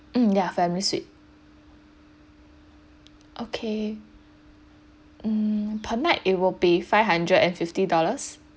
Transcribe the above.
um ya family suite okay mm per max it will pay five hundred and fifty dollars